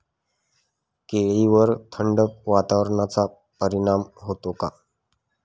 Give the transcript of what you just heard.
केळीवर थंड वातावरणाचा परिणाम होतो का?